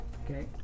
Okay